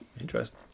Interesting